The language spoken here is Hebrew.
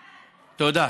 יאללה, אז בואו לבחירות.